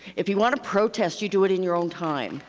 if you want to protest, you do it in your own time.